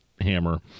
Hammer